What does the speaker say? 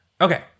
okay